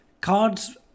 Cards